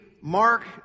Mark